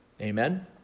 Amen